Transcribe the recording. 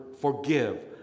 forgive